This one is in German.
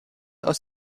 aus